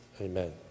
amen